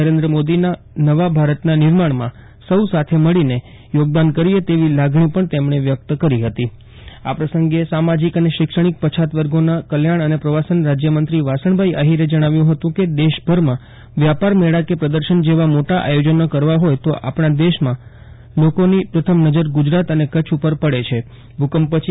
નરેન્દ્રભાઈ મોદીના નવા ભારતના નિર્માણમાં સૌ સાથે મળીને યોગદાન કરીએ તેવી લાગણી પણ તેમણે વ્યકત કરીહતી આ પ્રસંગે સામાજીક અને શૈક્ષણિક પછાત વર્ગોના કલ્યાણ અને પ્રવાસન રાજ્યમંત્રી વાસણભાઈ આહિરે જણાવ્યું હતું કે દેશભરમાં વ્યાપાર મેળા કે પ્રદર્શન જેવા મોટાં આયોજનો કરવા હોય તો આપણા દેશના લોકોની પ્રથમ નજર ગુજરાત તથા કચ્છ ઉપર પડે છે ભૂકંપ પછી